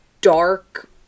dark